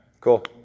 Cool